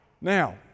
Now